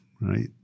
right